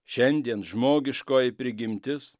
šiandien žmogiškoji prigimtis